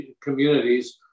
communities